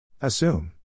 Assume